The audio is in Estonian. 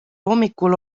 hommikul